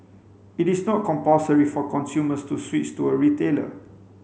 it is not compulsory for consumers to switch to a retailer